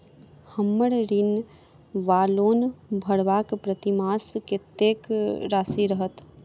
हम्मर ऋण वा लोन भरबाक प्रतिमास कत्तेक राशि रहत?